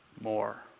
more